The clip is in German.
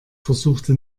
versuchte